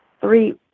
three